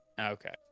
okay